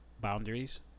Boundaries